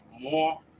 more